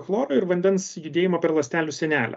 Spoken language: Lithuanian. chloro ir vandens judėjimą per ląstelių sienelę